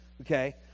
okay